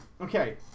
Okay